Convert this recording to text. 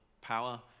power